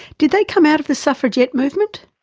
did they come out of the suffragette movement?